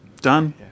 Done